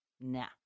Nah